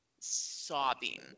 sobbing